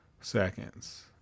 seconds